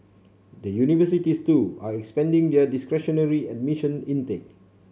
the universities too are expanding their discretionary admission intake